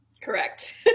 Correct